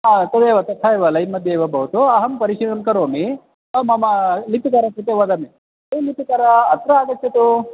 हा तदेव तथा एव लैन्मध्ये एव भवतु अहं परिशीलनं करोमि मम लिपिकारं कृते वदन् ए लिपिकार अत्र आगच्छतु